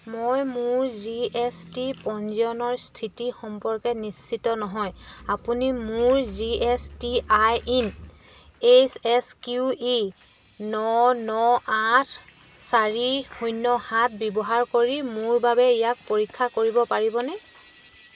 মই মোৰ G S T পঞ্জীয়নৰ স্থিতি সম্পৰ্কে নিশ্চিত নহয় আপুনি মোৰ G S T I N H S Q E ন ন আঠ চাৰি শূন্য সাত ব্যৱহাৰ কৰি মোৰ বাবে ইয়াক পৰীক্ষা কৰিব পাৰিবনে